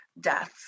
deaths